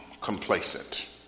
complacent